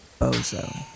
Bozo